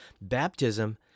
Baptism